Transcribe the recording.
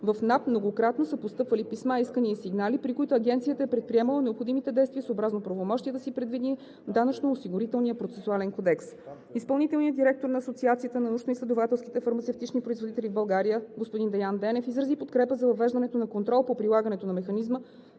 многократно са постъпвали писма, искания и сигнали, при които Агенцията е предприемала необходимите действията, съобразно правомощията си, предвидени в Данъчно-осигурителния процесуален кодекс. Изпълнителният директор на Асоциацията на научноизследователските фармацевтични производители в България – господин Деян Денев, изрази подкрепа за въвеждането на контрол по прилагането на механизма,